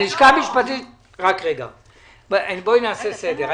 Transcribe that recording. בואי נעשה סדר.